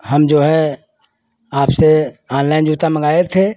हम जो है आपसे ऑनलाइन जूता मँगाए थे